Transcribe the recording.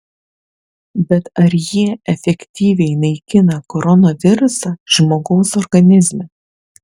bet ar jie efektyviai naikina koronavirusą žmogaus organizme